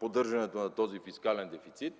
поддържането на този фискален дефицит,